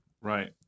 Right